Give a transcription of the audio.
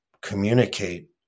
communicate